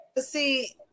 See